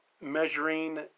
measuring